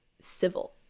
civil